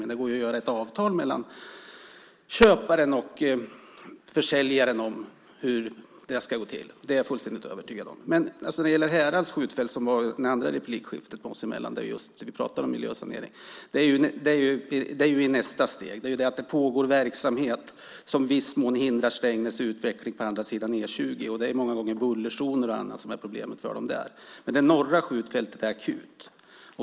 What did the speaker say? Men det går att träffa avtal mellan köparen och säljaren om hur det ska gå till. Det är jag fullständigt övertygad om. Men Härads skjutfält, som vi berörde i tidigare inlägg då vi pratade om just miljösanering, kommer ju i nästa steg. Det är det faktum att det pågår verksamhet där som i viss mån hindrar Strängnäs utveckling på andra sidan E 20. Det är många gånger bullerzoner och annat som är problemet för dem där. Men det norra skjutfältet är akut.